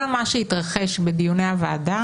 כל מה שהתרחש בדיוני הוועדה